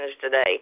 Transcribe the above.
today